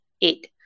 eight